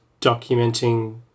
documenting